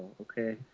okay